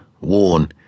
worn